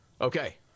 Okay